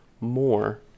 more